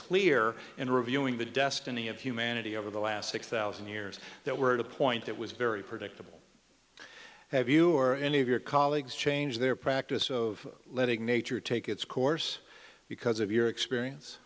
clear in reviewing the destiny of humanity over the last six thousand years that we're at a point that was very predictable have you or any of your colleagues change their practice of letting nature take its course because of your experience